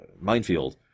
Minefield